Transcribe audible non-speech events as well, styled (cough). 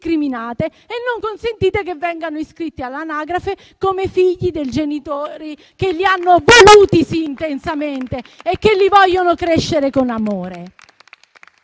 e non consentite che vengano iscritti all'anagrafe come figli dei genitori che li hanno voluti (applause) - sì intensamente - e li vogliono crescere con amore.